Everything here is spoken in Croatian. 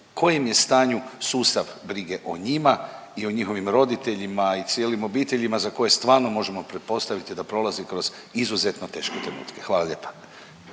kojem je stanju sustav brige o njima i o njihovim roditeljima i cijelim obiteljima za koje stvarno možemo pretpostaviti da prolazi kroz izuzetno teške trenutke. Hvala lijepa.